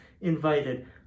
invited